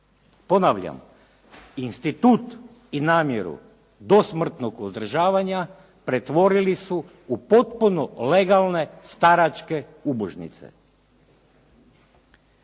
Ponavljam, institut i namjeru dosmrtnog uzdržavanja pretvorili su u potpuno legalne staračke ubožnice.